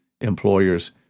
employers